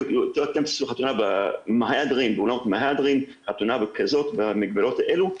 אתם תעשו חתונה באולמות מהדרין חתונה כזאת במגבלות האלו,